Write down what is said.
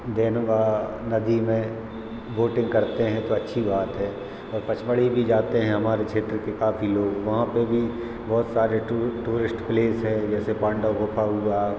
देनुगा नदी में बोटिंग करते हैं तो अच्छी बात है और पचमढ़ी भी जाते हैं हमारे क्षेत्र के काफ़ी लोग वहाँ पे भी बहुत सारे टूरिस्ट प्लेस है जैसे पांडव गुफ़ा हुआ